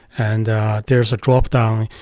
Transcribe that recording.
and there's a drop down,